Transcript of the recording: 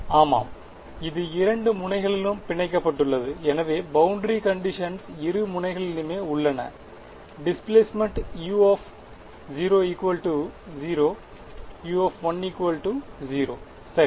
ஆமாம் இது இரண்டு முனைகளிலும் பிணைக்கப்பட்டுள்ளது எனவே பௌண்டரி கண்டிஷன்ஸ் இரு முனைகளிலும் உள்ளன டிஸ்பிலேஸ்மன்ட் u 0 u 0 சரி